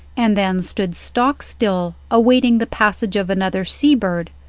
and then stood stock still, awaiting the passage of another sea-bird,